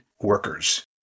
workers